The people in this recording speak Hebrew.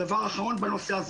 לדחוף.